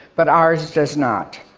but ours does not.